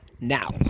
now